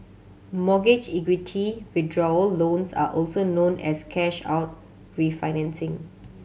mortgage equity withdrawal loans are also known as cash out refinancing